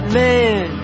man